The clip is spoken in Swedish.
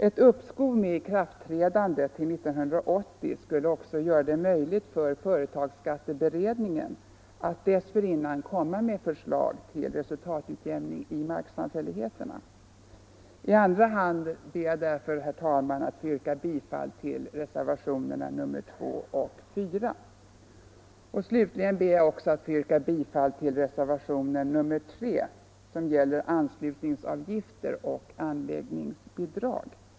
Ett uppskov med ikraftträdandet till 1980 skulle också göra det möjligt för företagsskatteberedningen att dessförinnan komma med förslag om resultatutjämning i marksamfälligheterna. I andra hand ber jag därför, herr talman, att få yrka bifall till reservationerna 2 och S. Slutligen ber jag också att få yrka bifall till reservationen 3, som gäller anslutningsavgifter och anläggningsbidrag.